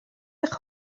eich